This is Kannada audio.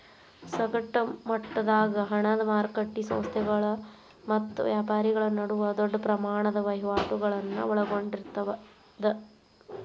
ಸಗಟ ಮಟ್ಟದಾಗ ಹಣದ ಮಾರಕಟ್ಟಿ ಸಂಸ್ಥೆಗಳ ಮತ್ತ ವ್ಯಾಪಾರಿಗಳ ನಡುವ ದೊಡ್ಡ ಪ್ರಮಾಣದ ವಹಿವಾಟುಗಳನ್ನ ಒಳಗೊಂಡಿರ್ತದ